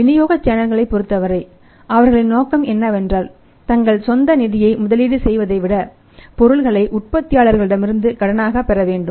விநியோக சேனல்களை பொறுத்தவரை அவர்களின் நோக்கம் என்னவென்றால் தங்கள் சொந்த நிதியை முதலீடு செய்வதை விட பொருட்களை உற்பத்தியாளரிடமிருந்து கடனாக பெற வேண்டும்